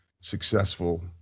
successful